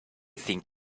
think